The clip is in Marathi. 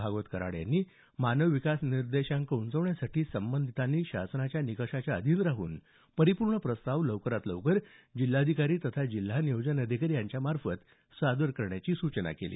भागवत कराड यांनी मानव विकास निर्देशांक उंचावण्यासाठी संबंधितांनी शासन निकषाच्या अधिन राहून परिपूर्ण प्रस्ताव लवकरात लवकर जिल्हाधिकारी तथा जिल्हा नियोजन अधिकारी यांचे मार्फत सादर करण्याची सूचना केली